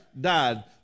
died